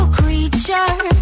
creature